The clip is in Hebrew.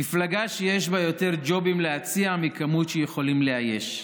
מפלגה שיש בה יותר ג'ובים להציע מהמספר שיכולים לאייש.